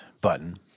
button